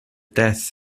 death